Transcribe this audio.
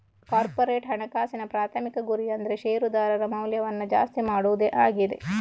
corporate ಹಣಕಾಸಿನ ಪ್ರಾಥಮಿಕ ಗುರಿ ಅಂದ್ರೆ ಶೇರುದಾರರ ಮೌಲ್ಯವನ್ನ ಜಾಸ್ತಿ ಮಾಡುದೇ ಆಗಿದೆ